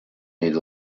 need